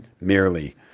merely